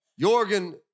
Jorgen